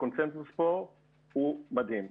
הקונסנזוס פה הוא מדהים.